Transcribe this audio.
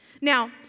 Now